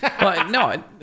No